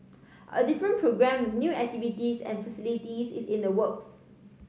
a different programme with new activities and facilities is in the works